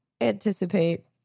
anticipate